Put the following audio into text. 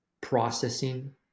processing